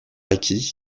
acquis